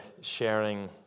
sharing